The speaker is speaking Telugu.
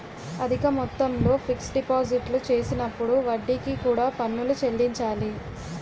అధిక మొత్తంలో ఫిక్స్ డిపాజిట్లు చేసినప్పుడు వడ్డీకి కూడా పన్నులు చెల్లించాలి